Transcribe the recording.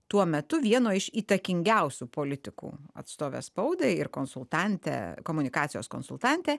tuo metu vieno iš įtakingiausių politikų atstove spaudai ir konsultante komunikacijos konsultante